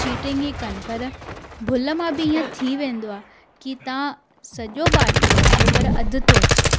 cheating ई कनि पर भुल मां बि ईअं थी वेंदो आहे की तव्हां सॼो बाटलो वठो पर अध थो अचे